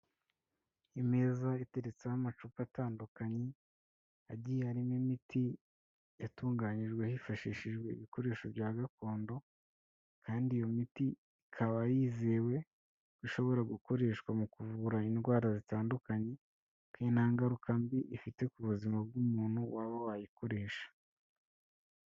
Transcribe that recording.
Imeza iteretseho amacupa atandukanye, agiye arimo imiti yatunganyijwe hifashishijwe ibikoresho bya gakondo kandi iyo miti ikaba yizewe, ishobora gukoreshwa mu kuvura indwara zitandukanye kandi nta ngaruka mbi ifite ku buzima bw'umuntu waba wayikoresha.